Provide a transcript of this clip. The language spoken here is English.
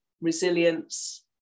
resilience